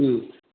ꯎꯝ